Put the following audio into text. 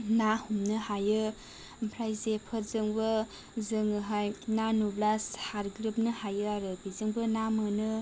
ना हमनो हायो ओमफ्राय जेफोरजोंबो जोङोहाय ना नुब्ला सारग्लोबनो हायो आरो बेजोंबो ना मोनो